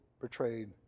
betrayed